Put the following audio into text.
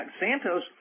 Santos –